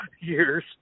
years